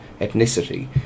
ethnicity